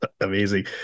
amazing